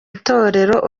itorero